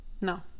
No